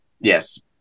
Yes